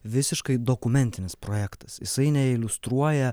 visiškai dokumentinis projektas jisai neiliustruoja